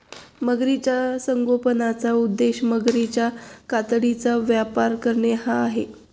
मगरीच्या संगोपनाचा उद्देश मगरीच्या कातडीचा व्यापार करणे हा आहे